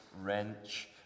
wrench